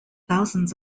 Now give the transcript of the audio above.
thousands